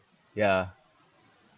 ya